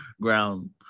ground